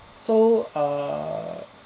so err